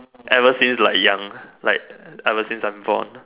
ever since like young like ever since I am born